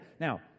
Now